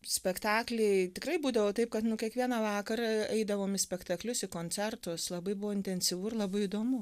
spektakliai tikrai būdavo taip kad kiekvieną vakarą eidavom į spektaklius koncertus labai buvo intensyvu ir labai įdomu